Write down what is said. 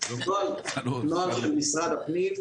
יש לי אותו פה לפניי,